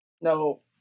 No